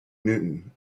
newton